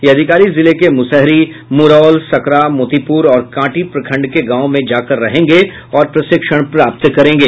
ये अधिकारी जिले के मुशहरी मुरौल सकरा मोतीपुर और कांटी प्रखंड के गाँव मे जाकर रहेंगे और प्रशिक्षण लेंगे